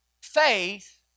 Faith